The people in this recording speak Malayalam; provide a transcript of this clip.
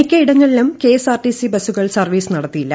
മിക്കയിടങ്ങളിലും കെഎസ്ആർടിസി ബസ്സുകൾ സർവ്വീസ് നടത്തിയില്ല